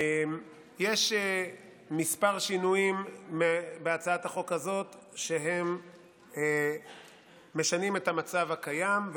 יש כמה שינויים בהצעת החוק הזאת שמשנים את המצב הקיים,